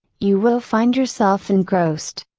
you will find yourself engrossed.